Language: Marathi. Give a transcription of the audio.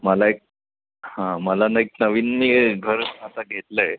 मला एक हां मला ना एक नवीन मी घर आता घेतलं आहे